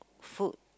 food